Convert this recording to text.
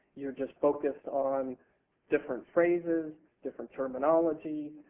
youire just focused on different phrases, different terminology,